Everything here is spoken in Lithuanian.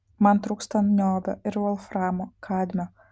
man trūksta niobio ir volframo kadmio